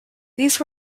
these